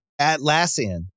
Atlassian